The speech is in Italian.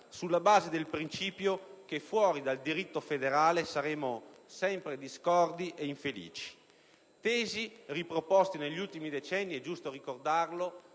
sulla base del principio che fuori dal diritto federale saremo sempre discordi ed infelici. Tesi riproposte negli ultimi decenni - è giusto ricordarlo